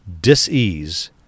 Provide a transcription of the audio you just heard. dis-ease